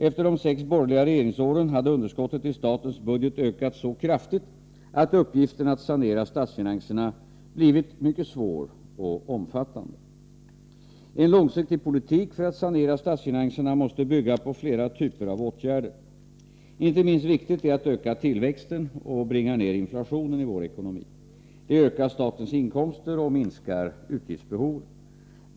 Efter de sex borgerliga regeringsåren hade underskottet i statens budget ökat så kraftigt att uppgiften att sanera statsfinanserna blivit mycket svår och omfattande. En långsiktig politik för att sanera statsfinanserna måste bygga på flera typer av åtgärder. Inte minst viktigt är att öka tillväxten och nedbringa inflationen i vår ekonomi. Det ökar statens inkomster och minskar utgiftsbehoven.